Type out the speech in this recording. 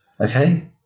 Okay